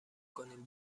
کنیم